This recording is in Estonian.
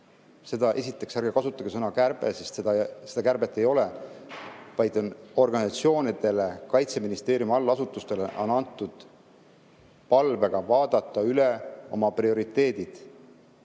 Esiteks, ärge kasutage sõna "kärbe", sest seda kärbet ei ole, vaid organisatsioonidele, Kaitseministeeriumi allasutustele on antud palve vaadata üle oma prioriteedid,